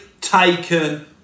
taken